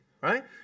right